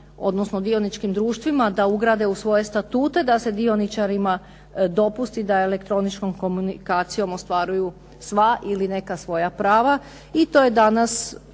odnosno dioničkim društvima da ugrade u svoje statute da se dioničarima dopusti da elektroničkom komunikacijom ostvaruju sva ili neka svoja prava,